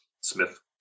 Smith